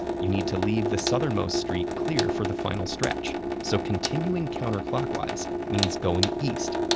you need to leave the southernmost street clear for the final stretch, so continuing counterclockwise means going east.